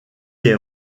est